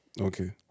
Okay